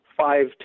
five